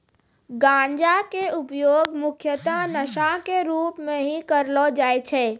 गांजा के उपयोग मुख्यतः नशा के रूप में हीं करलो जाय छै